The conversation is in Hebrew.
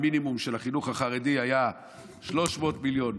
המינימום של החינוך החרדי היה 300 מיליון,